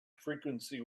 frequency